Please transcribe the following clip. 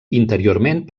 interiorment